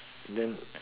then